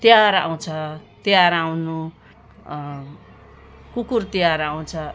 तिहार आउँछ तिहार आउनु कुकुर तिहार आउँछ